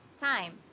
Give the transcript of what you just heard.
time